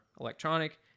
electronic